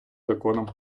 законом